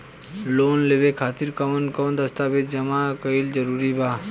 Loan लेवे खातिर कवन कवन दस्तावेज जमा कइल जरूरी बा?